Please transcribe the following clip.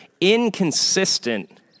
inconsistent